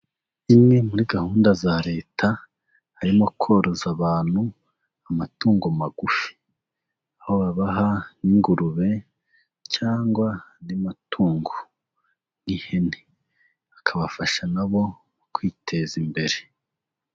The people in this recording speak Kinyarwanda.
Imwe muri gahunda za Leta harimo koroza abantu amatungo magufi, aho babaha nk'ingurube cyangwa andi matungo nk'ihene akabafasha nabo kwiteza imbere.